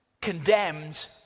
condemned